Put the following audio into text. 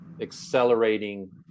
accelerating